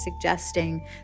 suggesting